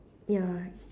ya